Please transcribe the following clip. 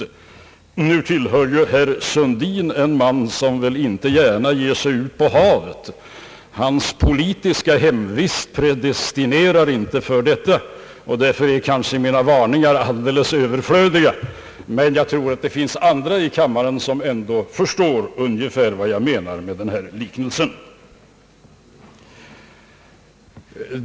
Nu är ju herr Sundin en man som väl inte gärna ger sig ut på havet. Hans politiska hemvist predestinerar inte för det, och därför är kanske mina varningar alldeles överflödiga. Men jag tror att det finns andra i kammaren som ändå förstår ungefär vad jag menar med denna liknelse.